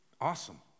Awesome